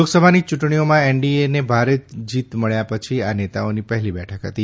લોકસભાની ચૂંટણીઓમાં એનડીએને ભારે જીત મળ્યા પછી આ નેતાઓની પહેલી બેઠક હતી